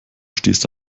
stehst